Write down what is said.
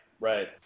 right